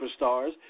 superstars